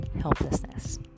Helplessness